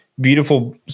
beautiful